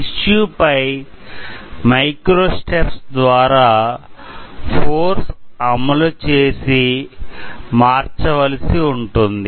టిష్యూపై microsteps ద్వారా force అమలు చేసి మార్చవలసి ఉంటుంది